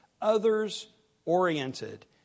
others-oriented